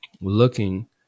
looking